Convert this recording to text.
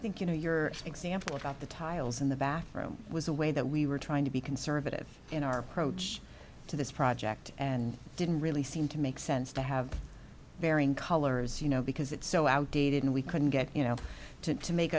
think you know your example about the tiles in the back room was a way that we were trying to be conservative in our approach to this project and didn't really seem to make sense to have varying colors you know because it's so outdated and we couldn't get you know to